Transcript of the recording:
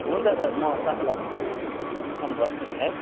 हुन्छ सर म तपाईँलाई उयो इन्फर्म गर्छु नि है